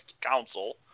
council